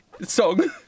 song